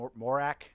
Morak